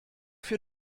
für